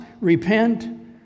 repent